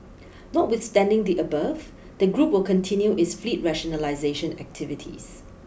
notwithstanding the above the group will continue its fleet rationalisation activities